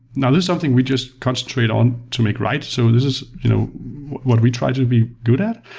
and there's something we just concentrate on to make write. so this is you know what we try to be good at.